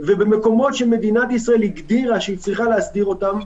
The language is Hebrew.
ובמקומות שמדינת ישראל הגדירה שהיא צריכה להסדיר אותם,